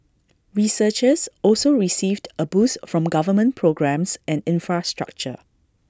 researchers also received A boost from government programmes and infrastructure